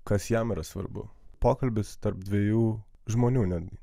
kas jam yra svarbu pokalbis tarp dviejų žmonių netgi